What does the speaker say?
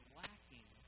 lacking